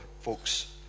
folks